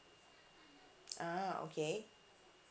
ah okay